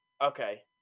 Okay